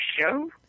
show